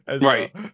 right